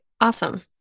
Awesome